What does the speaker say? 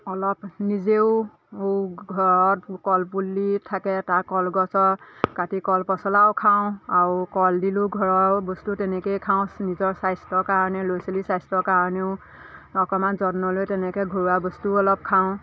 অলপ নিজেও ঘৰত কলপুলি থাকে তাৰ কলগছৰ কাটি কল পচলাও খাওঁ আৰু কল দিলোঁ ঘৰৰ বস্তু তেনেকৈয়ে খাওঁ নিজৰ স্বাস্থ্যৰ কাৰণে ল'ৰা ছোৱালীৰ স্বাস্থ্যৰ কাৰণেও অকণমান যত্ন লৈ তেনেকৈ ঘৰুৱা বস্তুও অলপ খাওঁ